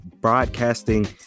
broadcasting